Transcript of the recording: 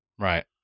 Right